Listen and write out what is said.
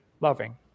loving